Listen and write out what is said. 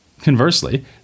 Conversely